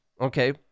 Okay